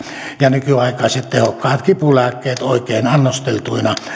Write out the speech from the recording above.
nykyaikaiset tehokkaat kipulääkkeet oikein annosteltuina